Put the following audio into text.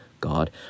God